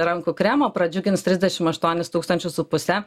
rankų kremo pradžiugins trisdešim aštuonis tūkstančius su puse